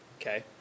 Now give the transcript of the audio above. Okay